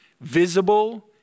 visible